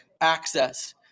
access